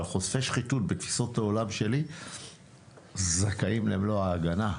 אבל חושפי שחיתות בתפיסות העולם שלי זכאים למלוא ההגנה.